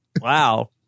Wow